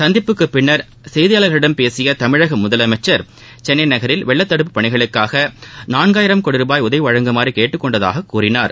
சந்திப்புக்கு பிள் செய்தியாளர்களிடம் பேசிய தமிழக முதலமைச்சர் சென்னை நகரில் வெள்ளதடுப்பு பணிகளுக்காக நாலாயிரம் கோடி ரூபாய் உதவி வழங்கும்படி கேட்டுக்கொண்டதாக கூறினார்